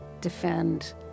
defend